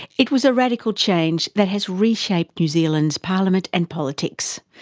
it was a radical change that has reshaped new zealand's parliament and politics.